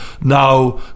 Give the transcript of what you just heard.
now